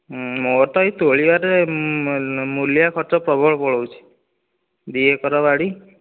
ମୋର ତ ଏହି ତୋଳିବାରେ ମୁଲିଆ ଖର୍ଚ୍ଚ ପ୍ରବଳ ପଳଉଛି ଦୁଇ ଏକର ବାଡ଼ି